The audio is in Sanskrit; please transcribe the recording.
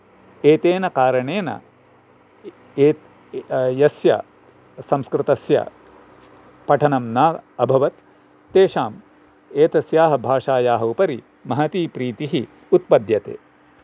एतेन कारणेन एत् यस्य संस्कृतस्य पठनं न अभवत् तेषाम् एतस्याः भाषायाः उपरि महती प्रीतिः उत्पद्यते